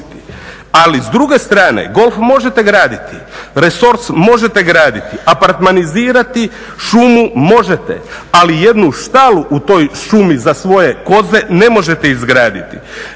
Ali s druge strane golf možete graditi, resort možete graditi, apartmanizirati šumu možete, ali jednu štalu u toj šumi za svoje koze ne možete izgraditi.